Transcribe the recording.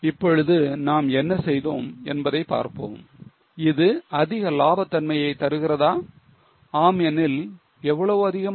இப்பொழுது நாம் என்ன செய்தோம் என்பதை பார்ப்போம் இது அதிக லாபம் லாபத்தன்மையை தருகிறதா ஆம் எனில் எவ்வளவு அதிகமாக